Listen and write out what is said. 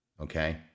Okay